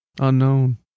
unknown